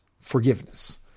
forgiveness